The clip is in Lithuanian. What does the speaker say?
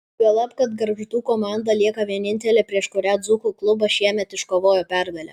juolab kad gargždų komanda lieka vienintelė prieš kurią dzūkų klubas šiemet iškovojo pergalę